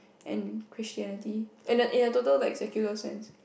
and Christianity in a in a total like secular sense